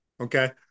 okay